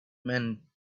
men